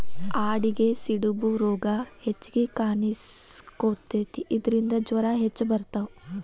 ಆಡಿಗೆ ಸಿಡುಬು ರೋಗಾ ಹೆಚಗಿ ಕಾಣಿಸಕೊತತಿ ಇದರಿಂದ ಜ್ವರಾ ಹೆಚ್ಚ ಬರತಾವ